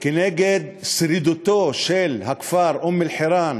כנגד שרידותו של הכפר אום-אלחיראן,